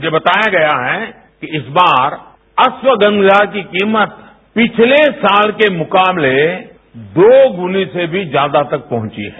मुझे बताया गया है कि इस बार अश्वगंधा की कीमत पिछले साल के मुकाबले दो गुनी से भी ज्यादा तक पहुंची है